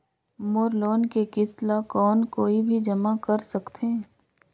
मोर loan के किस्त ल कौन कोई भी जमा कर सकथे?